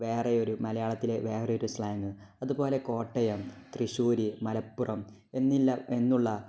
വേറെയൊരു മലയാളത്തിലെ വേറെയൊരു സ്ലാങ്ങ് അതുപോലെ കോട്ടയം തൃശ്ശൂര് മലപ്പുറം എന്നുള്ള